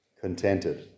contented